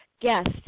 Guest